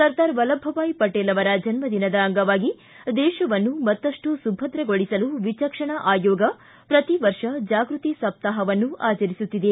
ಸರ್ದಾರ ವಲ್ಲಭಭಾಯ್ ಪಟೇಲ್ ಅವರ ಜನ್ಮ ದಿನದ ಅಂಗವಾಗಿ ದೇಶವನ್ನು ಮತ್ತಷ್ಟು ಸುಭದ್ರಗೊಳಿಸಲು ವಿಚಕ್ಷಣಾ ಆಯೋಗ ಪ್ರತಿ ವರ್ಷ ಜಾಗ್ಭತಿ ಸಪ್ತಾಹವನ್ನು ಆಚರಿಸುತ್ತಿದೆ